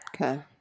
okay